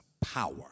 power